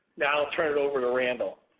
now i'll turn it over to randall.